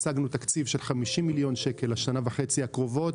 השגנו תקציב של 50 מיליון שקל לשנה וחצי הקרובות